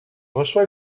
reçoit